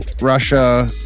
Russia